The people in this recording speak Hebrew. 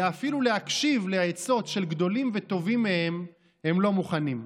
ואפילו להקשיב לעצות של גדולים וטובים מהם הם לא מוכנים.